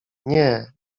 nie